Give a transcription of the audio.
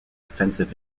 offensive